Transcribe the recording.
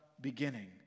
beginning